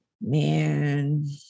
Man